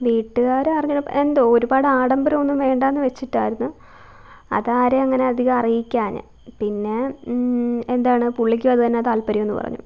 വീട്ടുകാരറിഞ്ഞാൽ എന്തോ ഒരുപാട് ആഡംബരമൊന്നും വേണ്ട എന്ന് വച്ചിട്ടായിരുന്നു അത് ആരേയും അങ്ങനെ അധികം അറിയിക്കാഞ്ഞത് പിന്നെ എന്താണ് പുള്ളിക്കും അത് തന്നെയാ താൽപര്യമെന്ന് പറഞ്ഞു